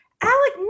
Alec